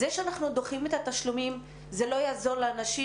זה שאנחנו דוחים את התשלומים זה לא יעזור לאנשים